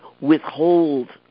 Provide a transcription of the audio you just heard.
withhold